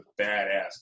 badass